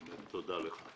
תודה לך.